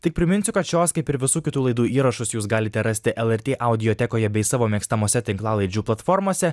tik priminsiu kad šios kaip ir visų kitų laidų įrašus jūs galite rasti lrt audiotekoje bei savo mėgstamose tinklalaidžių platformose